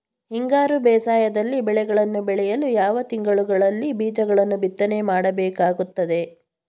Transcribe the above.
ಹಿಂಗಾರು ಬೇಸಾಯದಲ್ಲಿ ಬೆಳೆಗಳನ್ನು ಬೆಳೆಯಲು ಯಾವ ತಿಂಗಳುಗಳಲ್ಲಿ ಬೀಜಗಳನ್ನು ಬಿತ್ತನೆ ಮಾಡಬೇಕಾಗುತ್ತದೆ?